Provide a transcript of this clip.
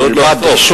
זה עוד לא הכול,